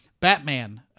Batman